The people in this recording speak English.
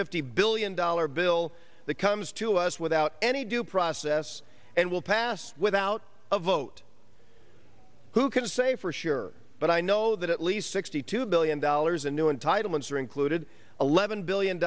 fifty billion dollar bill that comes to us without any due process and will pass without a vote who can say for sure but i know that at least sixty two billion dollars in new entitlements are included eleven billion